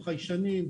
חיישנים,